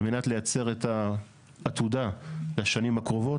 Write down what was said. על מנת לייצר את העתודה לשנים הקרובות,